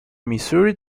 missouri